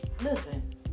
listen